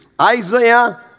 Isaiah